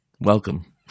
Welcome